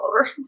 over